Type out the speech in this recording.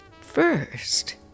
First